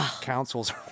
councils